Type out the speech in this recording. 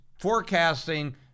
forecasting